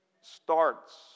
starts